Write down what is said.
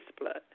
blood